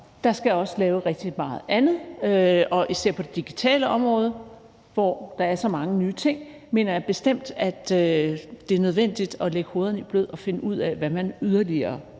der skal også gøres rigtig meget andet. Især på det digitale område, hvor der er så mange nye ting, mener jeg bestemt det er nødvendigt at lægge hovederne i blød og finde ud af, hvad man yderligere kan